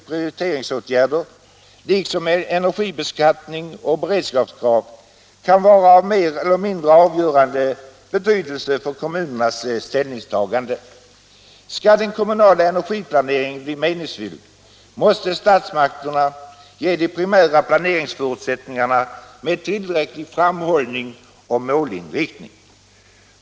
prioriteringsåtgärder liksom energibeskattning och beredskapskrav kan vara av mer eller mindre avgörande betydelse för kommunernas ställningstagande. Skall den kommunala energiplaneringen bli meningsfull måste statsmakterna ge de primära planeringsförutsättningarna med tillräcklig framförhållning och målinriktning.